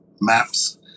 maps